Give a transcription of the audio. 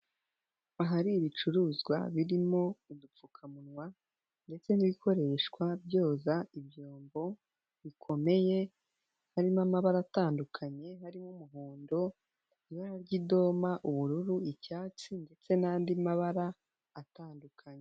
Ahari ibicuruzwa birimo udupfukamunwa ndetse n'ibikoreshwa byoza ibyombo, bikomeye harimo amabara atandukanye; harimo umuhondo, ibara ry'idoma, ubururu, icyatsi ndetse n'andi mabara atandukanye.